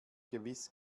gewiss